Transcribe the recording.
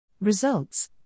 Results